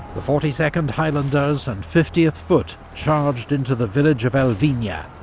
the forty second highlanders and fiftieth foot charged into the village of elvina,